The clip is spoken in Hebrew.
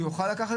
יש פה דבר אחד,